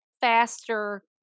faster